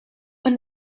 when